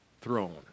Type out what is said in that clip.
throne